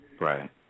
Right